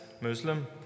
Muslim